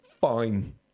Fine